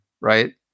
right